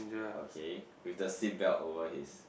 okay with the seatbelt over his